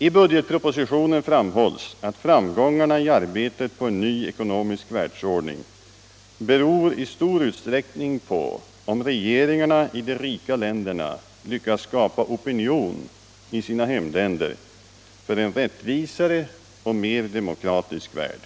I budgetpropositionen framhålls att framgångarna i arbetet på en ny ekonomisk världsordning i stor utsträckning beror på om regeringarna i de rika länderna lyckas skapa opinion i sina hemländer för en rättvisare och mer demokratisk värld.